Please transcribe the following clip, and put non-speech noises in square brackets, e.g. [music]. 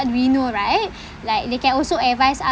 we know right [breath] like they can also advise us